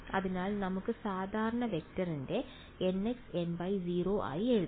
അതിനാൽ നമുക്ക് സാധാരണ വെക്റ്ററിനെ nxny0 ആയി എഴുതാം